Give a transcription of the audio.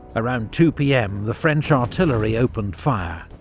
around two pm the french artillery opened fire.